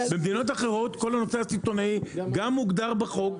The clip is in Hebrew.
במדינות אחרות כל הנושא הסיטונאי גם מוגדר בחוק,